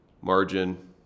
margin